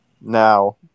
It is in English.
now